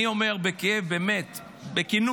אני אומר בכאב, באמת בכנות,